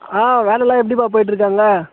வேலைலாம் எப்படிபா போயிட்டுருக்கு அங்கே